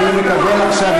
זה מחמאה,